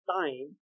time